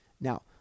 Now